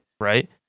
right